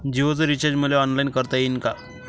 जीओच रिचार्ज मले ऑनलाईन करता येईन का?